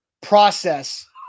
process